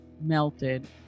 melted